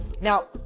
Now